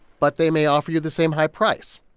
but they may offer you the same high price.